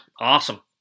Awesome